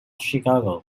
chicago